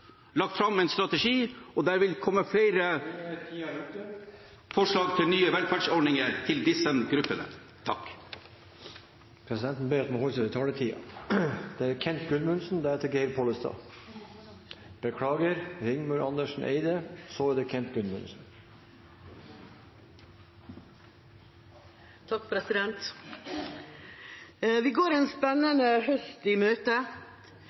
lagt fram en strategi, og det vil komme flere … Nå er tiden ute. … forslag til nye velferdsordninger til disse gruppene. Presidenten ber om at man holder seg til taletiden. Vi går en spennende høst i møte.